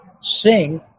sing